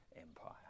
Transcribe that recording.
empire